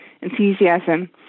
enthusiasm